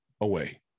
away